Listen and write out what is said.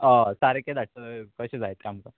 हय सारकें धाडटा कशें जाय तें आमकां